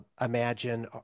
imagine